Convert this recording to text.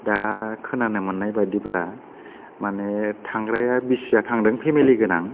दा खोनानो मोननाय बायदिब्ला माने थांग्राया बिसिया थांदों फेमेलि गोनां